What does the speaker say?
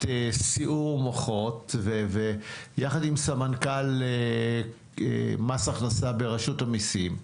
לישיבת סיעור מוחות ביחד עם סמנכ"ל מס הכנסה ברשות המיסים.